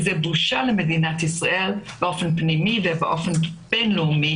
זו בושה למדינת ישראל באופן פנימי ובאופן בינלאומי